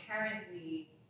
inherently